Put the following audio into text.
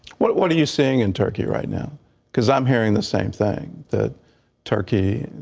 what what are you seeing in turkey right now because i'm hearing the same thing that turkey,